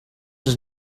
does